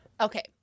Okay